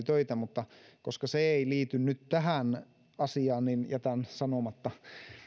töitä mutta koska se ei liity nyt tähän asiaan niin jätän sanomatta